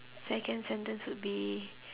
second sentence would be